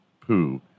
poo